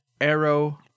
arrow